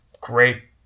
great